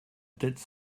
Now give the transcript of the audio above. tête